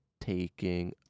taking